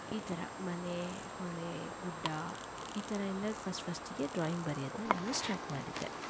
ಈ ಥರ ಮನೆ ಹೊಳೆ ಗುಡ್ಡ ಈ ಥರ ಎಲ್ಲ ಫಸ್ಟ್ ಫಸ್ಟ್ಗೆ ಡ್ರಾಯಿಂಗ್ ಬರಿಯೋದನ್ನ ನಾನು ಸ್ಟಾರ್ಟ್ ಮಾಡಿದ್ದೆ